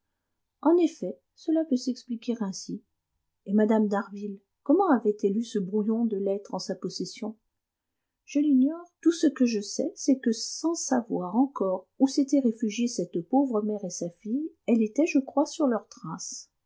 en effet cela peut s'expliquer ainsi et mme d'harville comment avait-elle eu ce brouillon de lettre en sa possession je l'ignore tout ce que je sais c'est que sans savoir encore où étaient réfugiées cette pauvre mère et sa fille elle était je crois sur leurs traces